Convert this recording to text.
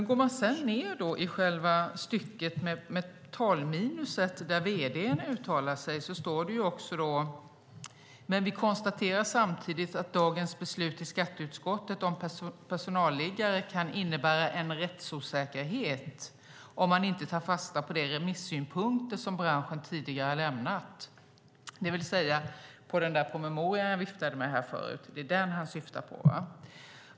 Går man ned i stycket där vd:n uttalar sig står det: "Men vi konstaterar samtidigt att dagens beslut i Skatteutskottet om personalliggare kan innebära en rättsosäkerhet om man inte tar fasta på de remissynpunkter som branschen tidigare lämnat." Han syftar alltså på den promemoria jag viftade med förut.